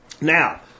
Now